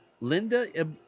Linda